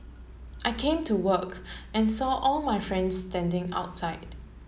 I came to work and saw all my friends standing outside